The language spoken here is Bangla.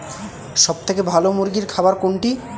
সবথেকে ভালো মুরগির খাবার কোনটি?